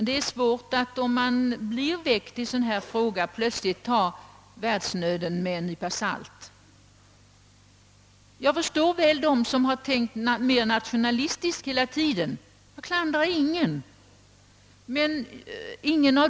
Det är svårt att, om man blivit väckt i en sådan här fråga, plötsligt ta världsnöden med en nypa salt. Jag förstår väl dem som tänkt mera rationalistiskt hela tiden, och jag klandrar ingen.